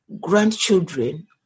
grandchildren